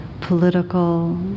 political